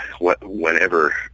whenever